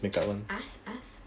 ask ask